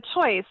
choice